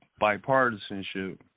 bipartisanship